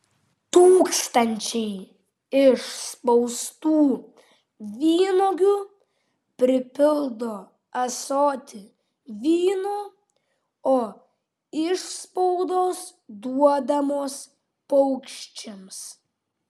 tūkstančiai išspaustų vynuogių pripildo ąsotį vyno o išspaudos duodamos paukščiams